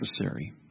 necessary